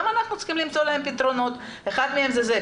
אנחנו צריכים למצוא להם פתרונות ואחד מהם זה זה,